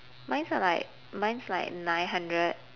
mine's are like mine's like nine hundred